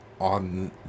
on